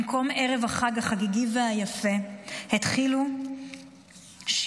במקום ערב החג החגיגי והיפה התחילו שבעות,